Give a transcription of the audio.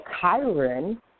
Chiron